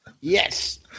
Yes